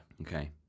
Okay